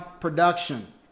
production